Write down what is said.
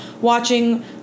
watching